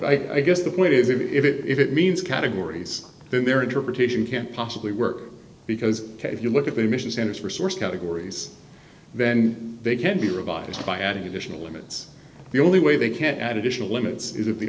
but i guess the point is if it means categories then their interpretation can't possibly work because if you look at the emissions in its resource categories then they can be revised by adding additional limits the only way they can add additional limits is if the